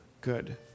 good